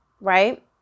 right